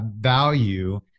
value